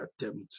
attempt